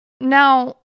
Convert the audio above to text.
now